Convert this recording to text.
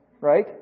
Right